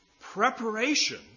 preparation